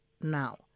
now